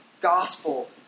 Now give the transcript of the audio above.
gospel